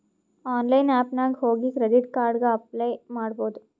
online app ನಾಗ್ ಹೋಗಿ credit card ಗ ಅಪ್ಲೈ ಮಾಡ್ಬೋದು